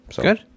Good